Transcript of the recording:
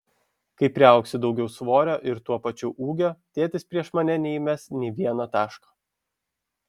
kai priaugsiu daugiau svorio ir tuo pačiu ūgio tėtis prieš mane neįmes nė vieno taško